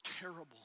terrible